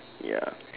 ya